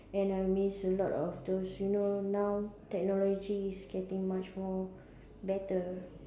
and I miss a lot of those you know now technology is getting much more better